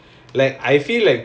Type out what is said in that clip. okay okay